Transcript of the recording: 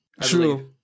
True